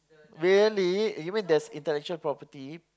really you mean there's intellectual property